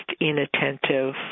inattentive